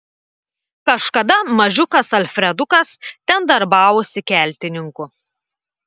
kažkada mažiukas alfredukas ten darbavosi keltininku